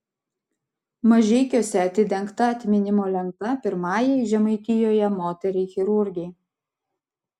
mažeikiuose atidengta atminimo lenta pirmajai žemaitijoje moteriai chirurgei